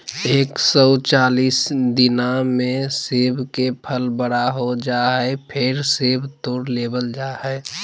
एक सौ चालीस दिना मे सेब के फल बड़ा हो जा हय, फेर सेब तोड़ लेबल जा हय